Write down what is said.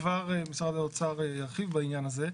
כבר משרד האוצר ירחיב בעניין הזה,